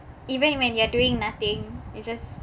even when you're doing nothing it's just